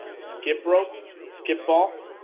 skip rope skip ball